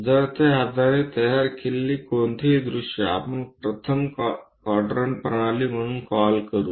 तर त्या आधारे तयार केलेली कोणतीही दृश्ये आपण प्रथम क्वाड्रंट प्रणाली म्हणून कॉल करू